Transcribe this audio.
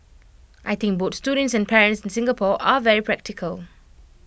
I think both students and parents in Singapore are very practical